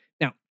now